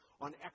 on